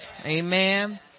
Amen